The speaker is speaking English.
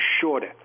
shorter